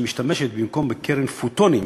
שמשתמשת במקום בקרן פוטונים,